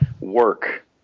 work